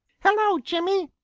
hello, jimmy.